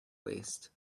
waste